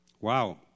Wow